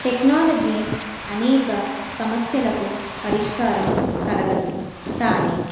technology అనేక సమస్యలకు పరిష్కారం కలగదు కానీ